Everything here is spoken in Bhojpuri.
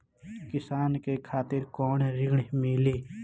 किसान के खातिर कौन ऋण मिली?